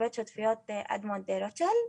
מבית שותפויות "אדמונד דה רוטשילד"